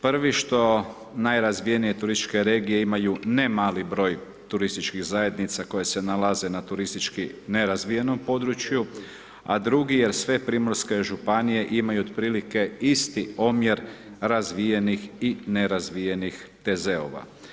Prvi što najrazvijenije turističke regije imaju nemali broj turističkih zajednica koje se nalaze na turistički nerazvijenom području a drugi jer sve primorske županije imaju otprilike isti omjer razvijenih i nerazvijenih TZ-ova.